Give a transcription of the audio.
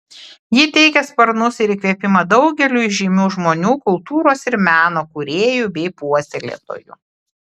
ji teikė sparnus ir įkvėpimą daugeliui žymių žmonių kultūros ir meno kūrėjų bei puoselėtojų